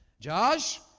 Josh